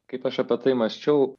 kaip aš apie tai mąsčiau